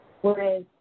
Whereas